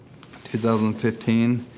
2015